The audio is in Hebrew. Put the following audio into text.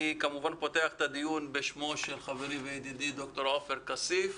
אני כמובן פותח את הדיון בשמו של ידידי וחברי ד"ר עופר כסיף,